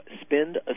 Spend